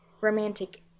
romantic